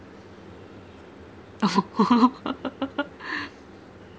oh